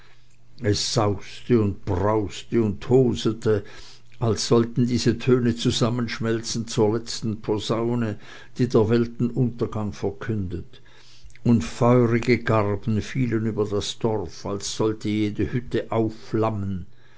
es sauste und brauste und tosete als sollten diese töne zusammenschmelzen zur letzten posaune die der welten untergang verkündet und feurige garben fielen über das dorf als sollte jede hütte aufflammen